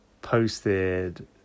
Posted